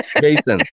Jason